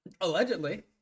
allegedly